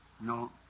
No